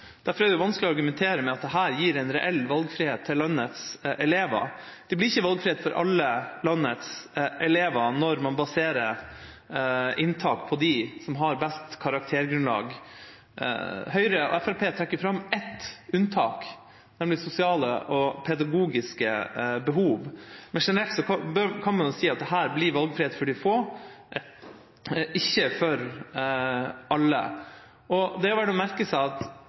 Derfor er det vanskelig å argumentere med at dette gir en reell valgfrihet til landets elever. Det blir ikke en valgfrihet for alle landets elever når man baserer inntak på dem som har best karaktergrunnlag. Høyre og Fremskrittspartiet trekker fram ett unntak, nemlig sosiale og pedagogiske behov. Men generelt kan man si at dette blir valgfrihet for de få, ikke for alle. Det er verdt å merke seg at